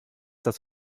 das